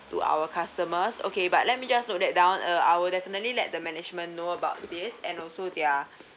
to our customers okay but let me just note that down uh I will definitely let the management know about this and also their